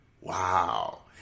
Wow